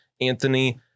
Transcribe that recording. Anthony